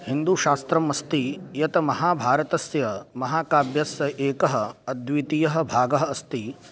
हिन्दूशास्त्रम् अस्ति यत् महाभारतस्य महाकाव्यस्य एकः अद्वितीयः भागः अस्ति